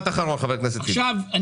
חבר הכנסת טיבי, משפט אחרון.